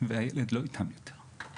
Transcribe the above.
והילד לא איתם יותר.